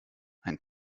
ein